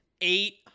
eight